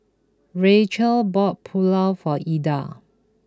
Rachael bought Pulao for Ilda